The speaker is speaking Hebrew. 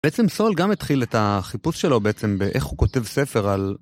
בעצם סול גם התחיל את החיפוש שלו בעצם באיך הוא כותב ספר על...